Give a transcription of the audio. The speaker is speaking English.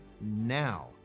now